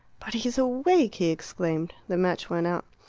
but he's awake! he exclaimed. the match went out.